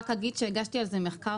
רק אגיד שהגשתי על זה בקשה למחקר,